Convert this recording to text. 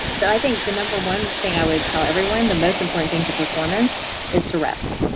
so i think the number one thing i would tell everyone, the most important thing to performance is to rest.